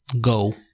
Go